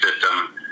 system